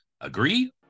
agree